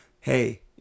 hey